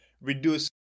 reduce